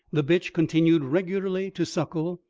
the bitch continued regularly to suckle,